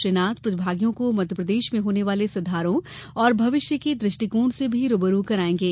श्री नाथ प्रतिभागियों को मध्यप्रदेश में होने वाले सुधारों और भविष्य के दृष्टिकोण से भी रुबरू करायेंगे